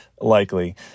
likely